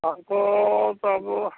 हमको तब